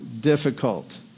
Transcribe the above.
difficult